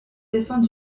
descend